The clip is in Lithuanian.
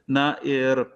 na ir